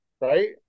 right